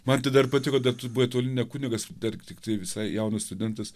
man tai dar patiko dar tu buvai toli ne kunigas dar tiktai visai jaunas studentas